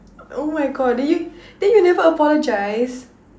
oh my God did you then you never apologize